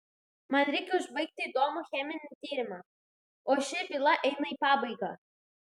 man reikia užbaigti įdomų cheminį tyrimą o ši byla eina į pabaigą